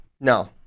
No